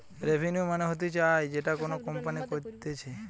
revenue মানে হতিছে আয় যেটা কোনো কোম্পানি করতিছে